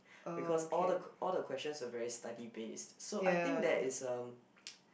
because all the que~ all the questions were very study based so I think there is um